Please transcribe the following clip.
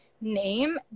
name